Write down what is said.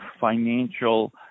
financial